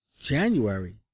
January